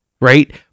right